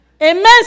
Amen